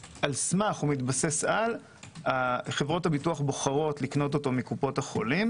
מתבסס על - חברות הביטוח בוחרות לרכוש אותו מקופות החולים.